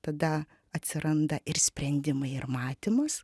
tada atsiranda ir sprendimai ir matymas